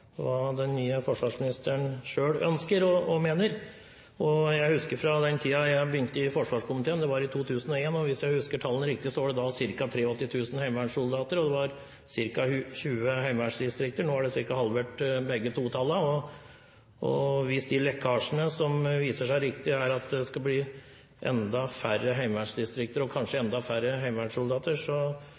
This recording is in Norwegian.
den nye forsvarsministeren selv ønsker og mener. Jeg husker fra den tiden jeg begynte i forsvarskomiteen – det var i 2001 – og hvis jeg husker tallene riktig, var det da ca. 83 000 heimevernssoldater og ca. 20 heimevernsdistrikter. Nå er begge tallene ca. halvert, og hvis lekkasjene som viser at det skal bli enda færre heimevernsdistrikter – og kanskje enda færre heimevernssoldater – viser seg å være riktige, så